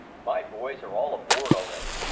my boys are all aboard already.